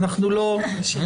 בסדר.